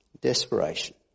Desperation